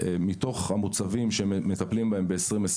מתוך המוצבים שמטפלים בהם ב-2023,